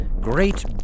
Great